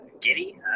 giddy